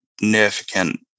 significant